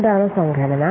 എന്താണ് സംഘടന